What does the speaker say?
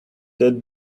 that